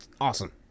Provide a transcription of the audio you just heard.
Awesome